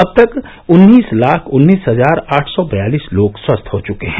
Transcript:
अब तक उन्नीस लाख उन्नीस हजार आठ सौ बयालिस लोग स्वस्थ हो चुके हैं